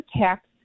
tax